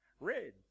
Red